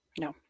No